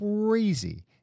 crazy